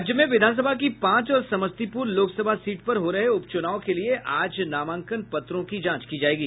राज्य में विधानसभा की पांच और समस्तीपुर लोकसभा सीट पर हो रहे उपचुनाव के लिए आज नामांकनों पत्रों की जांच की जायेगी